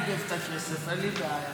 אם ייתנו לנגב את הכסף, אין לי בעיה.